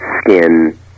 skin